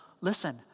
Listen